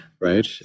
Right